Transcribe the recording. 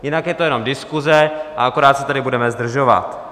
Jinak je to jenom diskuse a akorát se tady budeme zdržovat.